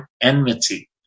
enmity